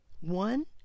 One